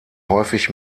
häufig